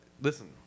Listen